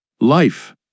life